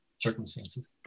circumstances